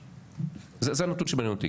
זה הנתון שמעניין אותי.